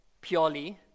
purely